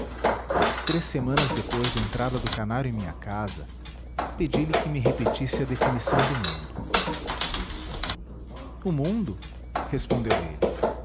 três semanas depois da entrada do canário em minha casa pedi-lhe que me repetisse a definição do mundo o mundo respondeu ele